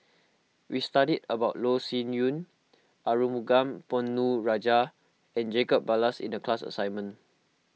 we studied about Loh Sin Yun Arumugam Ponnu Rajah and Jacob Ballas in the class assignment